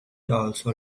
also